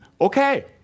okay